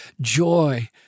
joy